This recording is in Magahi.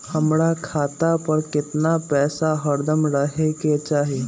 हमरा खाता पर केतना पैसा हरदम रहे के चाहि?